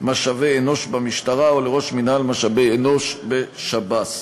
משאבי אנוש במשטרה או לראש מינהל משאבי אנוש בשב"ס.